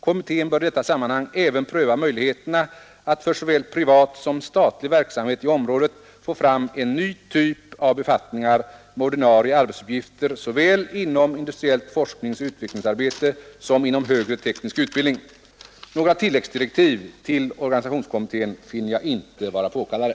Kommittén bör i detta sammanhang även pröva möjligheterna att för såväl privat som statlig verksamhet i området få fram en ny typ av befattningar med ordinarie arbetsuppgifter såväl inom industriellt forskningsoch utvecklingsarbete som inom högre teknisk utbildning. Några tilläggsdirektiv till organisationskommittén finner jag inte vara påkallade.